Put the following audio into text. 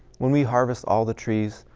when we harvest all the trees,